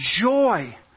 joy